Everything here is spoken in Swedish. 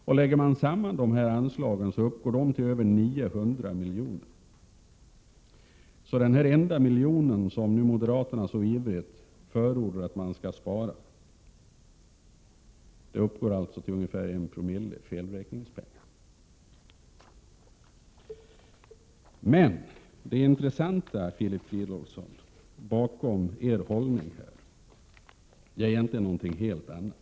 Sammantaget uppgår dessa kostnader till över 900 miljoner. Denna enda miljon som moderaterna nu så ivrigt förordar att riksgäldskontoret skall spara uppgår alltså till ungefär 1 Zo i felräkningspengar. Men det intressanta, Filip Fridolfsson, bakom er hållning är egentligen något helt annat.